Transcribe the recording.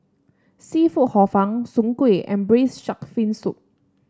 seafood Hor Fun Soon Kueh and Braised Shark Fin Soup